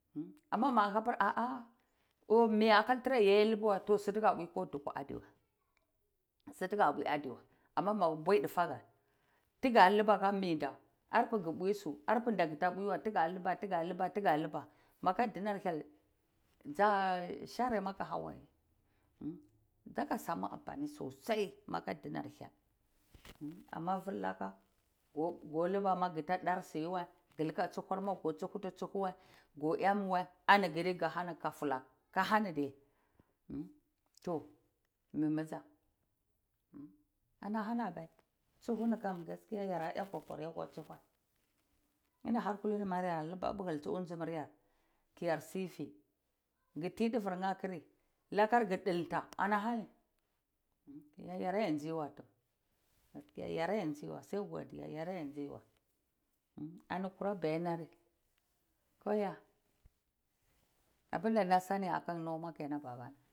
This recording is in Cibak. Amma mahabir an aha, o miva kaltra yo loba'a sutuka unu ko duku adua, su tuka adua, amma baku boi dutaka duka laba ka minda arbe kubuyi su arpida kuda buwoya tuke luba duka luba maka tinar hyel sa shane maka hawaye saka samu ambai sosai, makar duriar hyel, amma follaka ka laba ka do darsuyewa, loba tsuhu ka tsutsu huwa ko amiwa kuye kahu ka fulak ahini duye to mimiza anahani abai tsuhni kun yara a kokari kwa, nii harkuhni yara loka bikili untsum yar kayar sofi ku ta duki kr ku dilta ane hani mai yara ziwa, yara ziwa sai godiya yara ziwa ani kure baarire ko ya, abunda sani akan noma kenawe babana.